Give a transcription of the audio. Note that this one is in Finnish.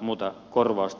muuta korvausta